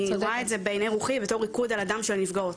אני רואה את זה בעיני רוחי בתור ריקוד על הדם של נפגעות,